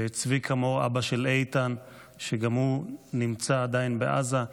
צביקה מור, אבא של איתן, שגם הוא נמצא עדיין בעזה.